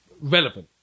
relevant